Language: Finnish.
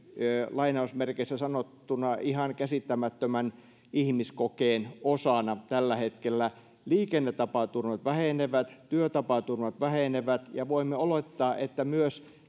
lainausmerkeissä sanottuna ihan käsittämättömän ihmiskokeen osana tällä hetkellä liikennetapaturmat vähenevät työtapaturmat vähenevät ja voimme olettaa että myös